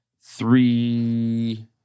three